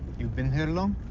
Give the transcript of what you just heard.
you've been here long?